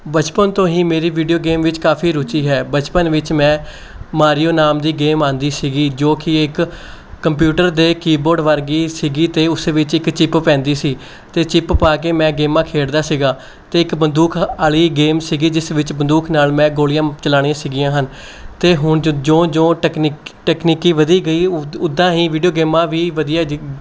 ਬਚਪਨ ਤੋਂ ਹੀ ਮੇਰੀ ਵੀਡੀਓ ਗੇਮ ਵਿੱਚ ਕਾਫੀ ਰੁਚੀ ਹੈ ਬਚਪਨ ਵਿੱਚ ਮੈਂ ਮਾਰੀਓ ਨਾਮ ਦੀ ਗੇਮ ਆਉਂਦੀ ਸੀਗੀ ਜੋ ਕਿ ਇੱਕ ਕੰਪਿਊਟਰ ਦੇ ਕੀਬੋਰਡ ਵਰਗੀ ਸੀਗੀ ਅਤੇ ਉਸ ਵਿੱਚ ਇੱਕ ਚਿਪ ਪੈਂਦੀ ਸੀ ਅਤੇ ਚਿਪ ਪਾ ਕੇ ਮੈਂ ਗੇਮਾਂ ਖੇਡਦਾ ਸੀਗਾ ਅਤੇ ਇੱਕ ਬੰਦੂਕ ਵਾਲ਼ੀ ਗੇਮ ਸੀਗੀ ਜਿਸ ਵਿੱਚ ਬੰਦੂਕ ਨਾਲ਼ ਮੈਂ ਗੋਲੀਆਂ ਚਲਾਉਣੀ ਸੀਗੀਆਂ ਹਨ ਅਤੇ ਹੁਣ ਜੋ ਜੋ ਜੋ ਟੈਕਨੀਕ ਟੈਕਨੀਕੀ ਵਧੀ ਗਈ ਉ ਉੱਦਾਂ ਹੀ ਵੀਡੀਓ ਗੇਮਾਂ ਵੀ ਵਧੀਆ